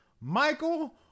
Michael